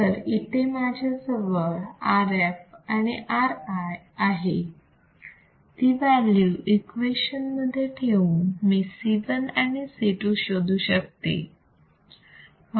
तर इथे माझ्याजवळ Rf आणि Ri आहे ती व्हॅल्यू इक्वेशन मध्ये ठेवून मी C1 आणि C2 शोधू शकते